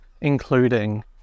including